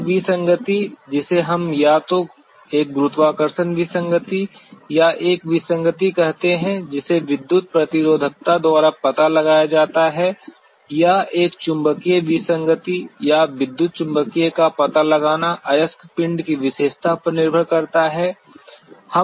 एक विसंगति जिसे हम या तो एक गुरुत्वाकर्षण विसंगति या एक विसंगति कहते हैं जिसे विद्युत प्रतिरोधकता द्वारा पता लगाया जाता है या एक चुंबकीय विसंगति या विद्युत चुम्बकीय का पता लगाना अयस्क पिंड की विशेषता पर निर्भर करता है